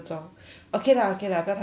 okay lah okay lah 不要太过份 lah